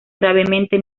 gravemente